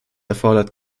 erfordert